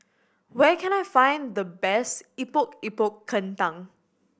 where can I find the best Epok Epok Kentang